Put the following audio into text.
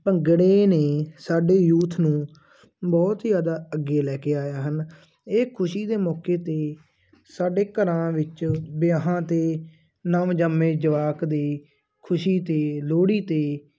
ਭੰਗੜੇ ਨੇ ਸਾਡੇ ਯੂਥ ਨੂੰ ਬਹੁਤ ਜ਼ਿਆਦਾ ਅੱਗੇ ਲੈ ਕੇ ਆਇਆ ਹਨ ਇਹ ਖੁਸ਼ੀ ਦੇ ਮੌਕੇ 'ਤੇ ਸਾਡੇ ਘਰਾਂ ਵਿੱਚ ਵਿਆਹਾਂ 'ਤੇ ਨਵਜੰਮੇ ਜਵਾਕ ਦੀ ਖੁਸ਼ੀ 'ਤੇ ਲੋਹੜੀ 'ਤੇ